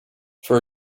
for